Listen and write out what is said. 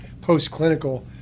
post-clinical